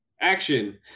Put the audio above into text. action